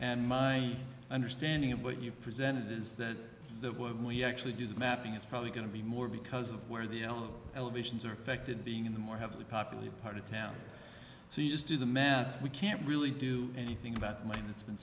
and my understanding of what you presented is that the word we actually do the mapping is probably going to be more because of where the elevations are affected being in the more heavily populated part of town so you just do the math we can't really do anything about mine that's been